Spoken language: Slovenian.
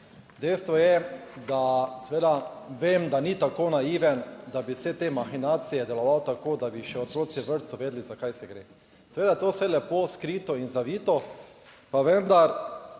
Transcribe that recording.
Dejstvo je, da seveda vem, da ni tako naiven, da bi vse te mahinacije deloval tako, da bi še otroci v vrtcu vedeli, za kaj se gre. Seveda je to vse lepo skrito in zavito, pa vendar